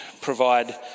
provide